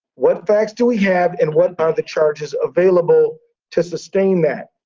what facts do we have? and what are the charges available to sustain that?